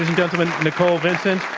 gentlemen, nicole vincent.